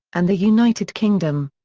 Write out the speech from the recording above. and the united kingdom.